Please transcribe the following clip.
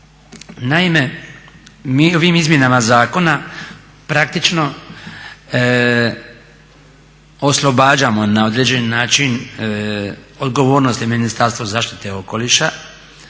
Naime, mi ovim izmjenama zakona praktično oslobađamo na određeni način odgovornosti Ministarstvo zaštite okoliša